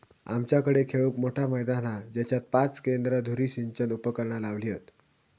आमच्याकडे खेळूक मोठा मैदान हा जेच्यात पाच केंद्र धुरी सिंचन उपकरणा लावली हत